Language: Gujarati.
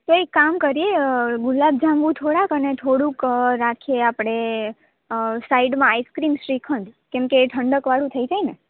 તો એક કામ કરીએ ગુલાબ જાંબુ થોડાંક અને થોડુક રાખીએ આપણે સાઇડમાં આઇસક્રીમ શ્રીખંડ કેમકે એ ઠંડકવાળું થઈ જાયને